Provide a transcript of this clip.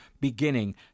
beginning